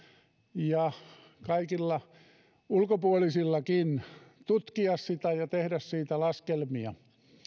ja kaikilla ulkopuolisillakin tutkia sitä ja tehdä siitä laskelmia